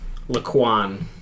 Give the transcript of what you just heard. Laquan